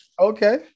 Okay